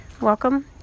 Welcome